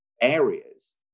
areas